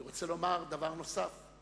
אני רוצה לומר דבר נוסף: